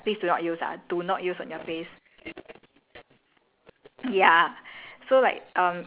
in watsons and guardian right it's all for washing contact lenses those got boric acid inside please do not use ah do not use on your face